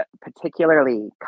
particularly